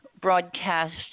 broadcast